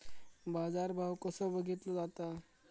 बाजार भाव कसो बघीतलो जाता?